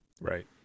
Right